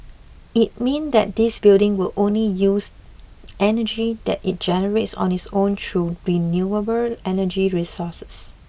it mean that this building will only use energy that it generates on its own through renewable energy sources